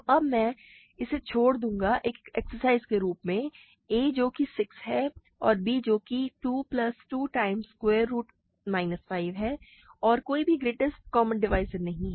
तो अब मैं इसे छोड़ दूंगा एक एक्सरसाइज के रूप में a जो कि 6 है और b जो कि 2 plus 2 times square root minus 5 है का कोई भी ग्रेटेस्ट कॉमन डिवाइज़र नहीं है